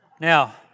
Now